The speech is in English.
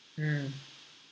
mm